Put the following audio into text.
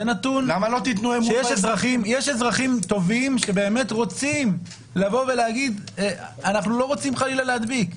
יש אזרחים טובים שבאמת רוצים להגיד שהם לא רוצים חלילה להדביק,